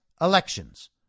elections